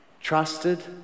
trusted